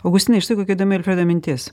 augustinai štai kokia įdomi alfredo mintis